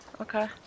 Okay